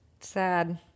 Sad